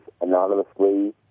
anonymously